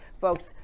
Folks